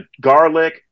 garlic